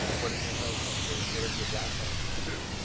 what does your husband do, what does your black husband do.